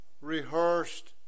rehearsed